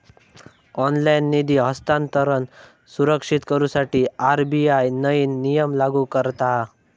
online निधी हस्तांतरण सुरक्षित करुसाठी आर.बी.आय नईन नियम लागू करता हा